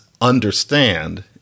understand